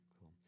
Cool